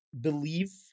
believe